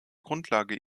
grundlage